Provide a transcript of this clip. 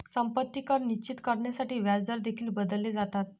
संपत्ती कर निश्चित करण्यासाठी व्याजदर देखील बदलले जातात